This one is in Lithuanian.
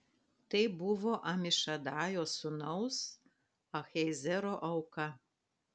tai buvo amišadajo sūnaus ahiezero auka